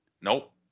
nope